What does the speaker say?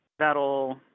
that'll